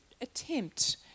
attempt